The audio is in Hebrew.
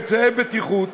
אמצעי בטיחות